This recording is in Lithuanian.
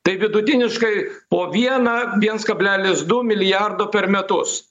tai vidutiniškai po vieną viens kablelis du milijardo per metus